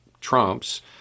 Trump's